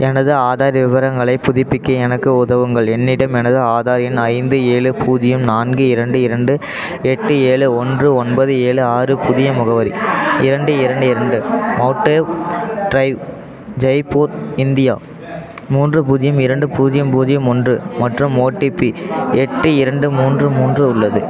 எனது ஆதார் விவரங்களைப் புதுப்பிக்க எனக்கு உதவுங்கள் என்னிடம் எனது ஆதார் எண் ஐந்து ஏழு பூஜ்யம் நான்கு இரண்டு இரண்டு எட்டு ஏழு ஒன்று ஒன்பது ஏழு ஆறு புதிய முகவரி இரண்டு இரண்டு இரண்டு மோடேவ் டிரைவ் ஜெய்ப்பூர் இந்தியா மூன்று பூஜ்யம் இரண்டு பூஜ்யம் பூஜ்யம் ஒன்று மற்றும் ஓடிபி எட்டு இரண்டு மூன்று மூன்று உள்ளது